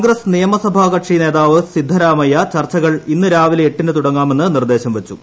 കോൺഗ്രസ് പ്രനിയമസഭാ കക്ഷി നേതാവ് സിദ്ധരാമയ്യ ചർച്ചകൾ ഇസ്സ് രാവിലെ എട്ടിന് തുടങ്ങാമെന്ന് നിർദ്ദേശം വച്ചു